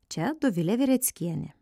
čia dovilė vereckienė